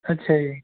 ਅੱਛਾ ਜੀ